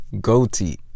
goatee